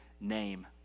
name